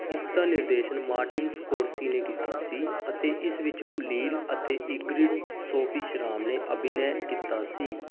ਇਸਦਾ ਨਿਰਦੇਸ਼ਨ Martin Scorsese ਨੇ ਕੀਤਾ ਸੀ ਅਤੇ ਇਸ ਵਿੱਚ ਉਲੀਲ ਅਤੇ ਇੰਗਰਿੱਡ ਸੋਫੀ ਸ਼ਰਾਮ ਨੇ ਅਭਿਨੈ ਕੀਤਾ ਸੀ